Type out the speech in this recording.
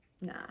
nah